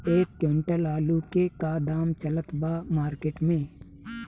एक क्विंटल आलू के का दाम चलत बा मार्केट मे?